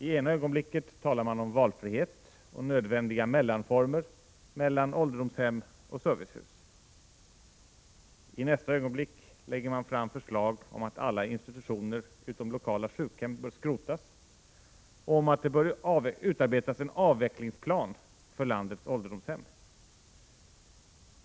I ena ögonblicket talar man om valfrihet och ”nödvändiga mellanformer” mellan ålderdomshem och servicehus. I nästa ögonblick lägger man fram förslag om att alla institutioner utom lokala sjukhem bör skrotas och om att det bör utarbetas en avvecklingsplan för landets ålderdomshem.